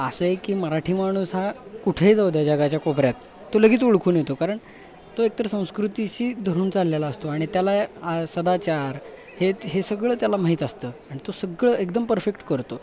असं आहे की मराठी माणूस हा कुठेही जाऊद्या जगाच्या कोपऱ्यात तो लगेच ओळखून येतो कारण तो एकतर संस्कृतीशी धरून चाललेला असतो आणि त्याला सदाचार हे सगळं त्याला माहीत असतं आणि तो सगळं एकदम परफेक्ट करतो